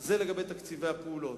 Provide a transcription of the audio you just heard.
זה לגבי תקציבי הפעולות.